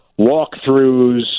walkthroughs